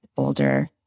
Older